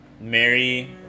Mary